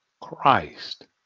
Christ